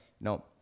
No